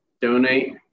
donate